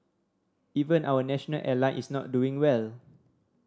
even our national airline is not doing well